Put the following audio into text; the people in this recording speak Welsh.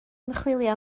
ymchwilio